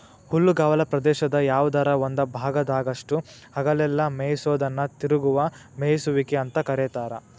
ಹುಲ್ಲುಗಾವಲ ಪ್ರದೇಶದ ಯಾವದರ ಒಂದ ಭಾಗದಾಗಷ್ಟ ಹಗಲೆಲ್ಲ ಮೇಯಿಸೋದನ್ನ ತಿರುಗುವ ಮೇಯಿಸುವಿಕೆ ಅಂತ ಕರೇತಾರ